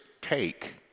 take